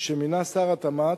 שמינה שר התמ"ת,